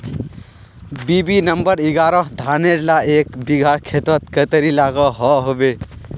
BB number एगारोह धानेर ला एक बिगहा खेतोत कतेरी लागोहो होबे?